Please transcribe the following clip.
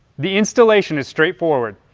the installation is straight forward,